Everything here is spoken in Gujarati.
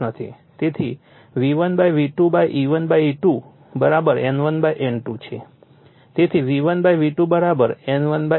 તેથી V1 V2 E1 E2 N1 N2 છે તેથી V1 V2 N1 N2 છે